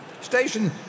Station